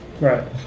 Right